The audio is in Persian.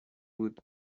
بود